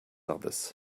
others